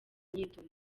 imyitozo